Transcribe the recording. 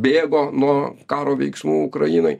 bėgo nuo karo veiksmų ukrainoj